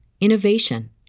innovation